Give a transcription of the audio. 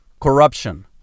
corruption